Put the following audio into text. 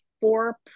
four